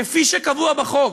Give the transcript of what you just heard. כפי שקבוע בחוק.